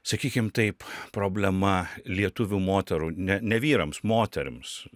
sakykim taip problema lietuvių moterų ne ne vyrams moterims